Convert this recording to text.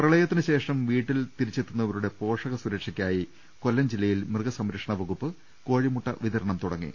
പ്രളയത്തിന് ശേഷം വീട്ടിൽ തിരിച്ചെത്തുന്നവരുടെ പോഷക സുരക്ഷക്കായി കൊല്ലം ജില്ലയിൽ മൃഗസംരക്ഷണ വകുപ്പ് കോഴി മുട്ട വിതരണം തുടങ്ങി